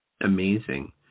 amazing